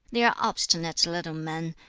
they are obstinate little men.